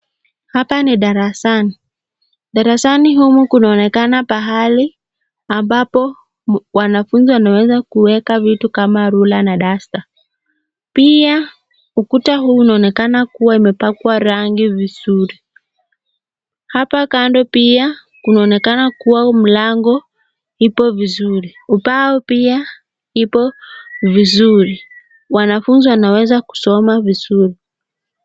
Hapa ni darasani. Darasani humu munaonekana pahali ambapo wanafunzi wanaweza kuweka vitu kama ruler na duster . Pia ukuta huu inaonekana kuwa imepakwa rangi vizuri . Hapa kando pia kunaonekana kuwa mlango iko vizuri , ubao pia iko vizuri , wanafunzi wanaweza kusoma vizuri